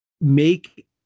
make